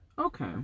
Okay